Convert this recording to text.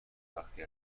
وقتی